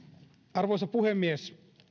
arvoisa puhemies